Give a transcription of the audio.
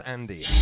Andy